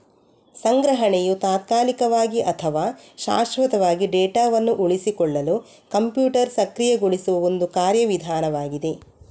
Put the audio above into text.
ಸಂಗ್ರಹಣೆಯು ತಾತ್ಕಾಲಿಕವಾಗಿ ಅಥವಾ ಶಾಶ್ವತವಾಗಿ ಡೇಟಾವನ್ನು ಉಳಿಸಿಕೊಳ್ಳಲು ಕಂಪ್ಯೂಟರ್ ಸಕ್ರಿಯಗೊಳಿಸುವ ಒಂದು ಕಾರ್ಯ ವಿಧಾನವಾಗಿದೆ